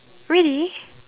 really